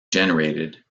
generated